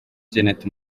janet